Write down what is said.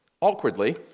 Awkwardly